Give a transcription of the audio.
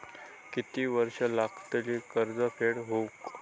किती वर्षे लागतली कर्ज फेड होऊक?